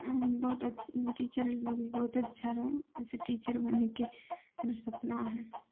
अऽ बहुत टीचर लोग भी बहुत अच्छा रऽ से टीचर बनयके हमर सपना हइ